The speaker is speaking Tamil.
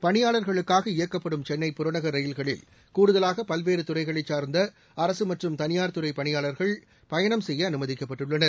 பணியாளர்களுக்காக இயக்கப்படும் சென்னை புறநகள் ரயில்களில் கூடுதலாக பல்வேறு துறைகளை சா்ந்த அரசு மற்றும் தனியார் துறை பணியாளர்கள் பயணம் செய்ய அனுமதிக்கப்பட்டுள்ளனர்